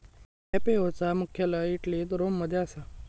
FAO चा मुख्यालय इटलीत रोम मध्ये असा